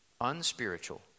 unspiritual